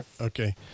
Okay